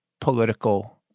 political